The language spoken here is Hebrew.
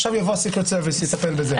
עכשיו יבוא ה-secret service ויטפל בזה.